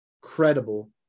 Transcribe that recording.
credible